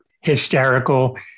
hysterical